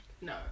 no